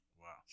Wow